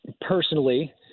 personally